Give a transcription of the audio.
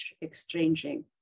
exchanging